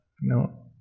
No